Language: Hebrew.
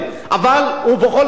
ובכל זאת,